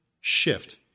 shift